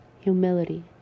humility